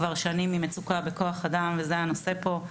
כבר שנים ממצוקה בכוח אדם וזה הנושא פה.